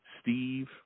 Steve